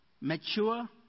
mature